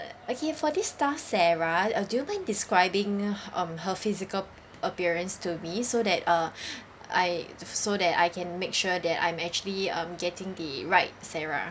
okay for this staff sarah uh do you mind describing um her physical appearance to me so that uh I so that I can make sure that I'm actually um getting the right sarah